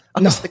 No